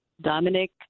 Dominic